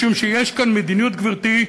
משום שיש כאן מדיניות, גברתי,